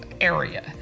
area